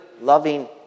loving